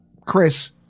Chris